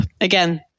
Again